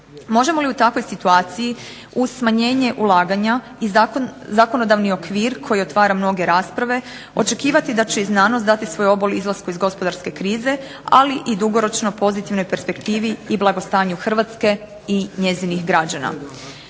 Možemo li u takvoj situaciji uz smanjenje ulaganja i zakonodavni okvir koji otvara mnoge rasprave očekivati da će i znanost dati svoj obol izlasku iz gospodarske krize, ali i dugoročno i pozitivnoj perspektivi i blagostanju Hrvatske i njezinih građana.